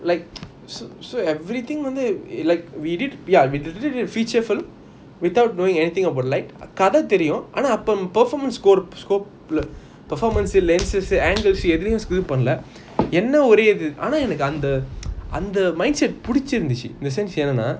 like s~ so everything வந்து:vanthu like we did ya we di~ did a feature film without knowing anything about light காத தெரியும் ஆனா அப்போ:kaadha teriyum aana apo performance scope performance lenses angles எதுலயுமே இது பண்ணல என்ன ஒரேய இது ஆனா என்னக்கு அந்த:eathulayumey ithu panala enna orey ithu aana ennaku antha mindset பிடிச்சி இருந்துச்சி என்னனா:pidichi irunthuchi ennana